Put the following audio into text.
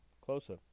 closer